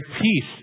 peace